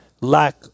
lack